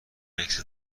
عکس